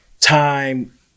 time